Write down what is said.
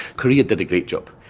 korea did a great job,